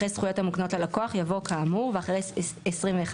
אחרי "זכויות המוקנות ללקוח" יבוא "כאמור" ואחרי "21",